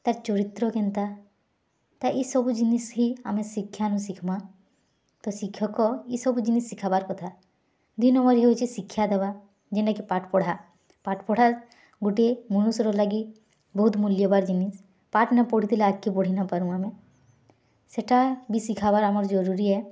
ତାର୍ ଚରିତ୍ର କେନ୍ତା ତା ଇ ସବୁ ଜିନିଷ୍ ହି ଆମେ ଶିକ୍ଷାନୁ ଶିକ୍ଷ୍ମା ତ ଶିକ୍ଷକ ଇ ସବୁ ଜିନିଷ୍ ଶିଖାବାର୍ କଥା ଦୁଇ ନମ୍ବର୍ ହେଉଛେ ଶିକ୍ଷାଦେବା ଯେନ୍ତା କି ପାଠ୍ ପଢ଼ା ପାଠ୍ ପଢ଼ା ଗୋଟିଏ ମନୁଷ୍ୟର ଲାଗି ବହୁତ୍ ମୂଲ୍ୟବାନ୍ ଜିନିଷ୍ ପାଠ୍ ନାଇପଢ଼ିଥିଲେ ଆଗ୍କେ ବଢ଼ି ନାଇ ପାରୁ ଆମେ ସେଟା ବି ଶିଖାବାର୍ ଆମର୍ ଜରୁରୀ ହେ